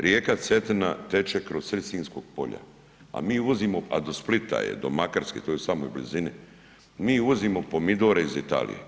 Rijeka Cetina teče kroz sred Sinjskog polja, a mi uvozimo, a do Splita je, do Makarske, to je u samoj blizini, mi uvozimo pomidore iz Italije.